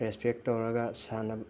respect ꯇꯧꯔꯒ ꯁꯥꯟꯅ